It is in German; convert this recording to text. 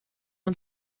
man